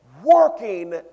working